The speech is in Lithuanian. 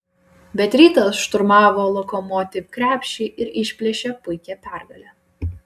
bet rytas šturmavo lokomotiv krepšį ir išplėšė puikią pergalę